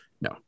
No